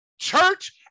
church